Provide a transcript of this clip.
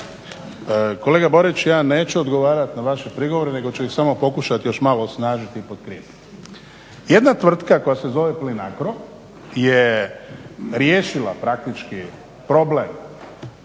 Kolega Borić, ja neću odgovarati na vaše prigovore nego ću ih samo pokušati još malo osnažiti i potkrijepiti. Jedna tvrtka koja se zove Plinacro je riješila praktički problem